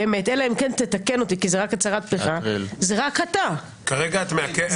אלא אם כן תתקן אותי --- כרגע את מעכבת.